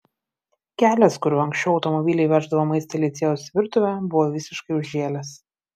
kelias kuriuo anksčiau automobiliai veždavo maistą į licėjaus virtuvę buvo visiškai užžėlęs